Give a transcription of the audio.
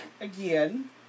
again